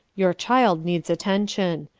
your child needs attention.